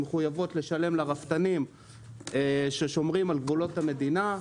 מחויבות לשלם לרפתנים ששומרים על גבולות המדינה.